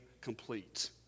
complete